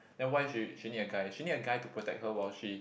then why she she need a guy she need a guy to protect her while she